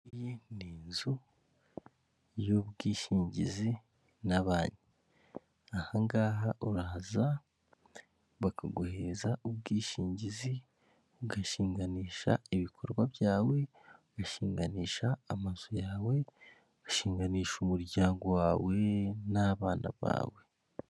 Iyi ni inzu y'ubwishingizi ahangaha uraza bakaguheza ubwishingizi. Ugashinganisha ibikorwa byawe, ugashinganisha amazu yawe, ugashinganisha umuryango wawe n'abana bawe.